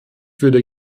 würde